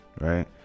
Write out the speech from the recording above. right